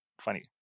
Funny